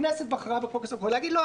הכנסת בחרה --- ולהגיד: לא,